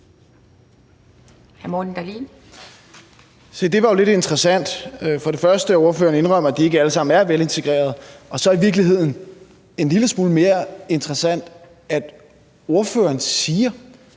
det var jo lidt interessant – først at ordføreren indrømmer, at de ikke alle sammen er velintegrerede, men i virkeligheden var det en lille smule mere interessant, at ordføreren siger,